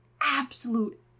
absolute